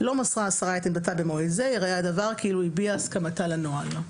לא מסרה השרה את עמדתה במועד זה - ייראה הדבר כאילו הביעה הסכמתה לנוהל.